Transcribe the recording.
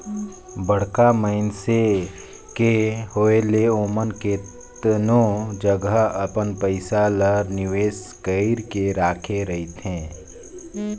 बड़खा मइनसे के होए ले ओमन केतनो जगहा अपन पइसा ल निवेस कइर के राखे रहथें